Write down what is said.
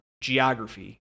geography